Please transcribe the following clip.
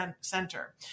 center